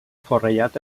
forrellat